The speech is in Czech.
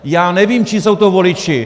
Já nevím, čí jsou to voliči.